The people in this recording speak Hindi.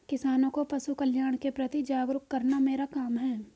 किसानों को पशुकल्याण के प्रति जागरूक करना मेरा काम है